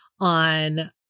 on